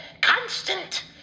constant